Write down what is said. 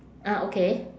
ah okay